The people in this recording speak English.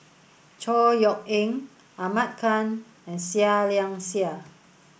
Chor Yeok Eng Ahmad Khan and Seah Liang Seah